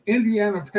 Indiana